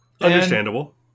understandable